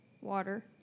water